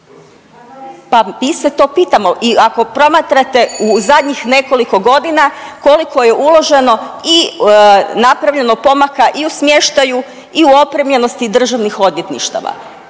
Pa mi se to pitamo i ako promatrate u zadnjih nekoliko godina koliko je uloženo i napravljeno pomaka i u smještaju i u opremljenosti državnih odvjetništava.